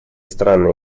страны